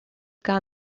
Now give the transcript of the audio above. gar